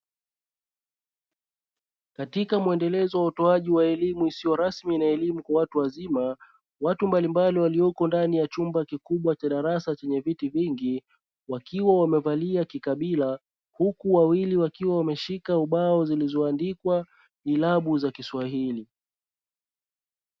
Katika muendelezo wa utoaji wa elimu isiyo rasmi na elimu kwa watu wazima, watu mbalimbali walioko ndani ya chumba kikubwa cha darasa chenye viti vingi, wakiwa wamevalia kikabila, huku wawili wakiwa wameshika ubao zilizoandikwa irabu za kiswahili.